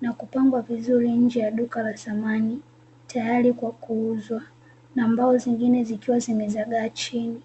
na kupangwa vizuri nje ya duka la samani tayari kwa kuuzwa, na mbao zingine zikiwa zimezagaa chini.